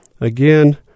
again